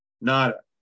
nada